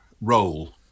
role